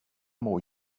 mår